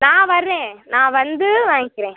நான் வர்றேன் நான் வந்து வாய்க்கிறேன்